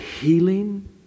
healing